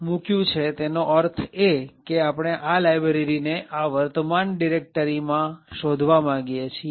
મુક્યું છે તેનો અર્થ એ કે આપણે આ લાયબ્રેરી ને આ વર્તમાન ડિરેક્ટરી માં શોધવા માંગીએ છીએ